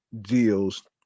deals